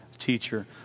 teacher